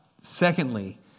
Secondly